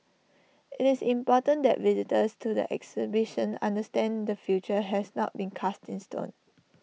IT is important that visitors to the exhibition understand the future has not been cast in stone